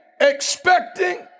expecting